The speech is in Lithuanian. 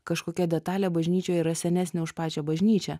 kažkokia detalė bažnyčioj yra senesnė už pačią bažnyčią